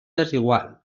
desigual